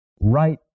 right